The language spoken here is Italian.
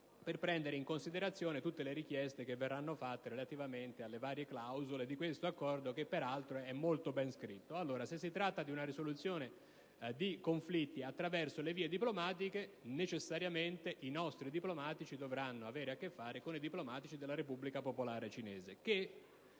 per prendere in considerazione tutte le richieste che saranno fatte relativamente alle varie clausole di questo Accordo, che peraltro è molto ben scritto. Allora, se si tratta di una risoluzione di conflitti attraverso le vie diplomatiche, necessariamente i nostri diplomatici dovranno avere a che fare con quelli della Repubblica popolare cinese che,